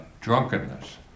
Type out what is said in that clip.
drunkenness